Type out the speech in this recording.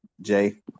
jay